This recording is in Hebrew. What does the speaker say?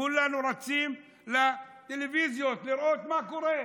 כולנו רצים לטלוויזיות לראות מה קורה.